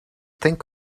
think